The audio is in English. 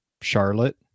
Charlotte